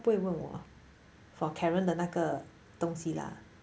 不会问我 for karen 的那个东西 lah